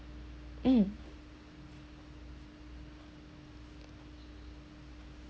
mm